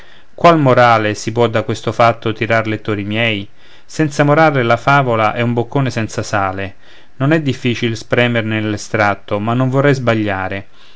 qual morale si può da questo fatto tirar lettori miei senza morale la favola è un boccone senza sale non è difficil spremerne l'estratto ma non vorrei sbagliare